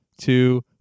two